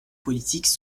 politiques